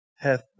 hath